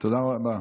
תודה רבה.